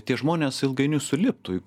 tie žmonės ilgainiui suliptų